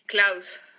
Klaus